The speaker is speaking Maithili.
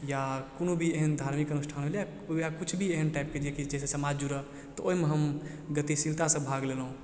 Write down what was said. या कोनो भी एहन धार्मिक अनुष्ठान भेलै या किछु भी एहन टाइपके जे कि जाहिसँ समाज जुरऽ तऽ ओहिमे हम गतिशीलतासँ भाग लेलहुॅं